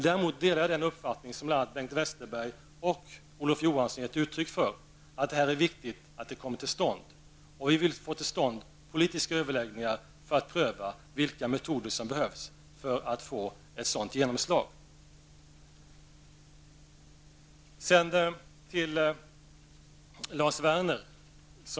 Däremot delar jag den uppfattning som bl.a. Bengt Westerberg och Olof Johansson har givit uttryck för, nämligen att det är viktigt att det här kommer till stånd. Vi vill ha politiska överläggningar för att pröva vilka metoder som behövs för att det skall bli ett genomslag. Sedan till Lars Werner.